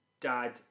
dad